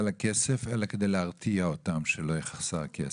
הכסף אלא כדי להרתיע אותם שלא יחסר כסף,